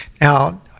Now